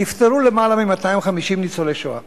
נפטרו יותר מ-250 ניצולי השואה.